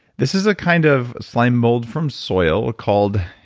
this is a kind of slime mold from soil called,